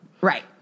Right